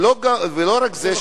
ולא רק זה,